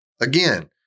Again